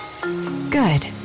Good